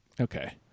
okay